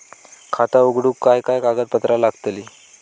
खाता उघडूक काय काय कागदपत्रा लागतली?